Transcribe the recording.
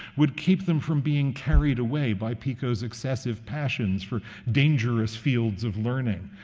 would keep them from being carried away by pico's excessive passions for dangerous fields of learning.